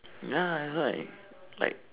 ya I heard like